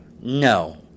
No